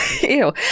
Ew